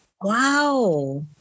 Wow